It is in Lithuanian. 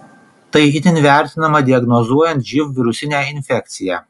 tai itin vertinama diagnozuojant živ virusinę infekciją